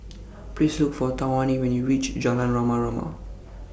Please Look For Tawanna when YOU REACH Jalan Rama Rama